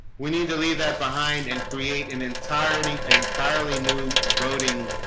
we need to leave that behind and create an entirely entirely new voting